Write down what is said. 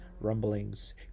rumblings